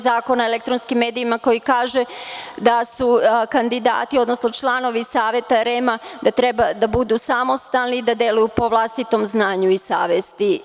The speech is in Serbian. Zakona o elektronskim medijima, koji kaže da su kandidati, odnosno članovi Saveta REM-a, da treba da budu samostalni i da deluju po vlastitom znanju i savesti.